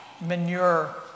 manure